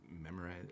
memorize